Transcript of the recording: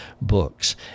books